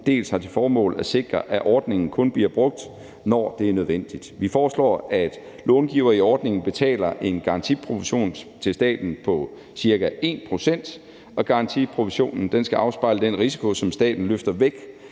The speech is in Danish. dels har til formål at sikre, at ordningen kun bliver brugt, når det er nødvendigt. Vi foreslår, at långivere i ordningen betaler en garantiprovision til staten på ca. 1 pct., og garantiprovisionen skal afspejle den risiko, som staten løfter væk